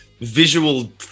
visual